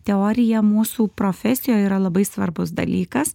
teorija mūsų profesijoj yra labai svarbus dalykas